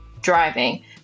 driving